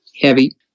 heavy